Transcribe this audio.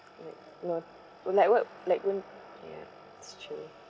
like no like what like wo~ ya it's true